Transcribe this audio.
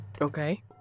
Okay